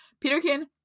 Peterkin